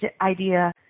idea